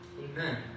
Amen